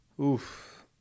Oof